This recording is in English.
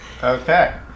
Okay